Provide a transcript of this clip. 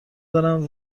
دارم